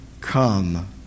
come